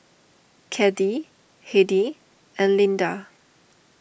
Caddie Heidi and Lynda